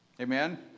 Amen